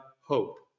hope